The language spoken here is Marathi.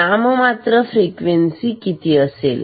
नाममात्र फ्रिक्वेन्सी किती असेल